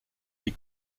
les